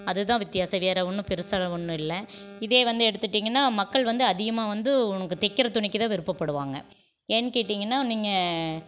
அது தான் வித்தியாசம் வேறு ஒன்றும் பெருசாக ஒன்றும் இல்லை இதே வந்து எடுத்துட்டிங்கன்னா மக்கள் வந்து அதிகமாக வந்து உனக்கு தைக்கிற துணிக்கு தான் விருப்பப்படுவாங்க ஏன்னு கேட்டிங்கன்னா நீங்கள்